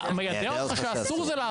מיידע אותך שאסור זה לאסור.